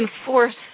enforce